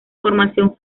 formación